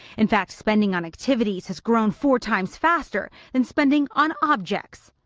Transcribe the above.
in fact, spending on activities has grown four times faster than spending on objects.